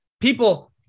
people